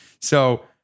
so-